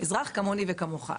אזרח כמוני וכמוך.